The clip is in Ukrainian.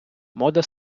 мода